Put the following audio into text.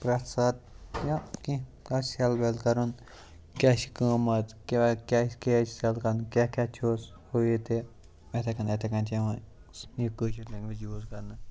پرٛٮ۪تھ ساتہٕ یا کیٚنٛہہ آسہِ سٮ۪ل وٮ۪ل کَرُن کیٛاہ چھِ قۭمَتھ کیٛاہ کیٛاہ آسہِ سٮ۪ل کَرُن کیٛاہ کیٛاہ چھُس ہُہ یہِ تہِ یِتھَے کٔنۍ یِتھَے کٔنۍ چھِ یِوان سُہ یہِ کٲشٕر لٮ۪نٛگویج یوٗز کرنہٕ